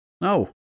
No